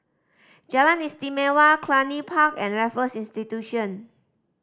Jalan Istimewa Cluny Park and Raffles Institution